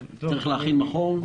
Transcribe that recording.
צריך להכין מכון.